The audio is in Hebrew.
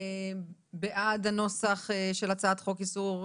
מי בעד הנוסח של הצעת חוק איסור,